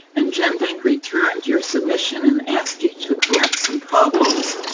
and genbank returned your submission and asked you to correct some problems,